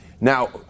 Now